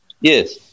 Yes